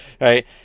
Right